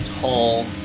tall